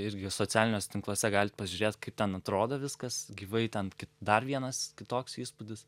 irgi socialiniuose tinkluose galit pažiūrėt kaip ten atrodo viskas gyvai ten dar vienas kitoks įspūdis